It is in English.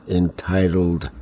entitled